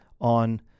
on